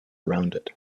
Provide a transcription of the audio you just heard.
rounded